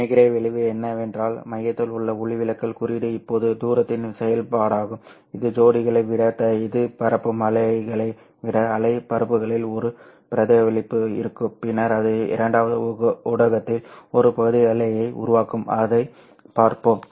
நிகர விளைவு என்னவென்றால் மையத்தில் உள்ள ஒளிவிலகல் குறியீடு இப்போது தூரத்தின் செயல்பாடாகும் இது ஜோடிகளை விட எதிர் பரப்பும் அலைகளை விட அலை பரப்புகையில் ஒரு பிரதிபலிப்பு இருக்கும் பின்னர் அது இரண்டாவது ஊடகத்தில் ஒரு பகுதி அலையை உருவாக்கும் அதைப் பார்ப்போம்